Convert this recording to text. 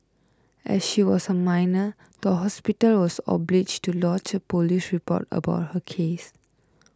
as she was a minor the hospital was obliged to lodge a police report about her case